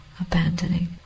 abandoning